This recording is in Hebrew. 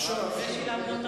אותם גם,